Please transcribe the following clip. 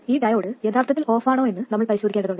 ഈ ഡയോഡ് യഥാർത്ഥത്തിൽ ഓഫാണോ എന്ന് നമ്മൾ പരിശോധിക്കേണ്ടതുണ്ട്